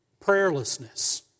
prayerlessness